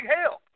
help